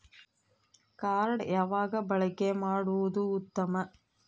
Card ಯಾವಾಗ ಬಳಕೆ ಮಾಡುವುದು ಉತ್ತಮ?